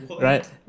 Right